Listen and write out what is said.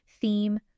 theme